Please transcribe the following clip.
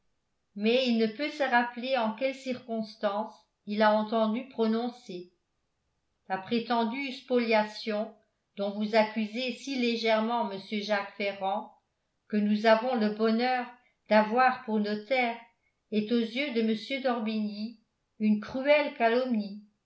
mais il ne peut se rappeler en quelle circonstance il l'a entendu prononcer la prétendue spoliation dont vous accusez si légèrement m jacques ferrand que nous avons le bonheur d'avoir pour notaire est aux yeux de m d'orbigny une cruelle calomnie